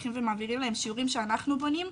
הולכים ומעבירים להם שיעורים שאנחנו בונים.